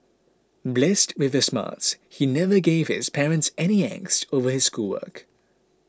blessed with the smarts he never gave his parents any angst over his schoolwork